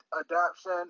Adaption